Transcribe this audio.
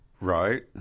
Right